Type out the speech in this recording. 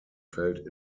fällt